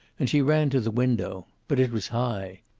and she ran to the window. but it was high.